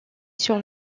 sur